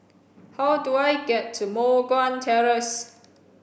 how do I get to Moh Guan Terrace